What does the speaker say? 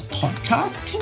podcast